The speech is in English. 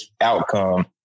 outcome